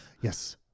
yes